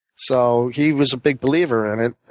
so he was a big believer in it.